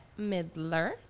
Midler